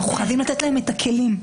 אנחנו חייבים לתת להם את הכלים.